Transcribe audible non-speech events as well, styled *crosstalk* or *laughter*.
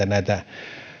*unintelligible* näitä